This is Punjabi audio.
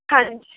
ਹਾਂਜੀ